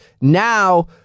Now